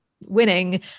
winning